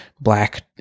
black